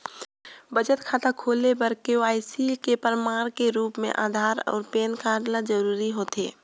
बचत खाता खोले बर के.वाइ.सी के प्रमाण के रूप म आधार अऊ पैन कार्ड ल जरूरी होथे